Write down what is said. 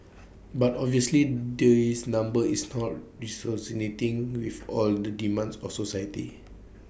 but obviously this number is not resonating with all the demands of society